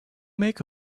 make